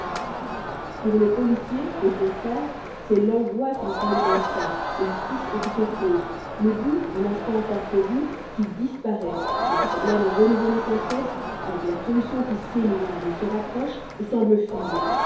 pour le policier au contraire c'est l'angoisse de tous les instants la piste qui se fausse le but un instant entrevu qui disparaît le problème renouvelé sans cesse avec la solution qui s'éloigne se rapproche et semble fuir